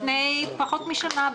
לפני פחות משנה,